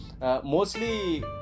Mostly